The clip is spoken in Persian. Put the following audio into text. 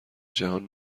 جهان